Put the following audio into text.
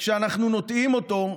וכשאנחנו נוטעים אותו,